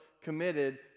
committed